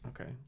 Okay